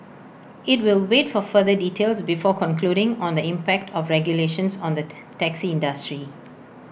IT will wait for further details before concluding on the impact of the regulations on the taxi industry